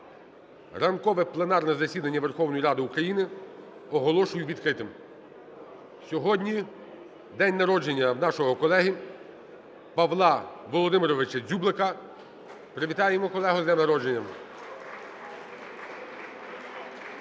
Ранкове пленарне засідання Верховної Ради України оголошую відкритим. Сьогодні день народження нашого колеги Павла Володимировича Дзюблика. Привітаємо колегу з днем народження.